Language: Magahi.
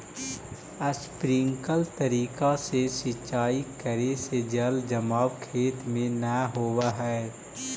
स्प्रिंकलर तरीका से सिंचाई करे से जल जमाव खेत में न होवऽ हइ